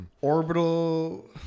Orbital